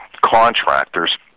contractors